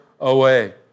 away